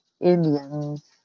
Indians